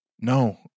No